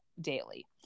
daily